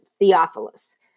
Theophilus